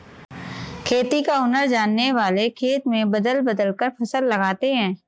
खेती का हुनर जानने वाले खेत में बदल बदल कर फसल लगाते हैं